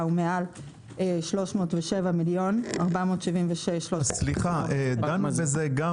מעל 307 מיליון ו- -- זה גם בכספים?